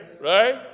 right